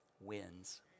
wins